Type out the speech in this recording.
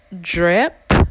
Drip